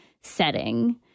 setting